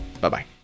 Bye-bye